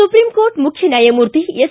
supreme court ಮುಖ್ಯ ನ್ಯಾಯಾಮೂರ್ತಿ S